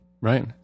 Right